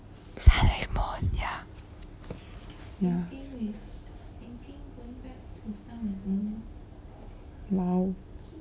sun with moon ya !wow!